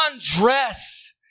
dress